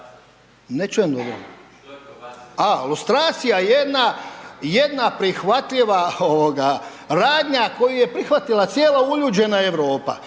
je probacija?/… a lustracija jedna prihvatljiva ovoga radnja koju je prihvatila cijela uljuđena Europa